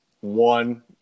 One